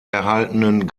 erhaltenen